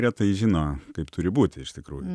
retai žino kaip turi būti iš tikrųjų